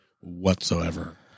whatsoever